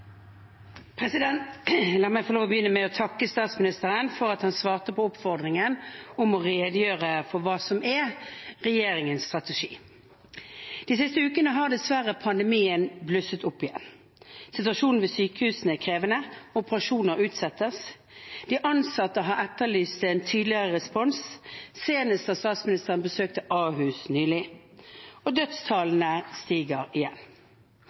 La meg få lov til å begynne med å takke statsministeren for at han svarte på oppfordringen om å redegjøre for hva som er regjeringens strategi. De siste ukene har dessverre pandemien blusset opp igjen. Situasjonen ved sykehusene er krevende, og operasjoner utsettes. De ansatte har etterlyst en tydeligere respons, senest da statsministeren besøkte Ahus nylig, og dødstallene stiger igjen.